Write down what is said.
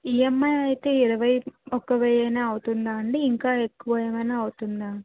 EMI అయితే ఇరవై ఒక వెయ్యే అవుతుందా అండి ఇంకా ఎక్కువ ఏమయినా అవుతుందా